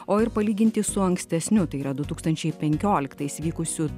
o ir palyginti su ankstesniu tai yra du tūkstančiai penkioliktais vykusių